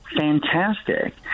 fantastic